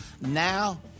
Now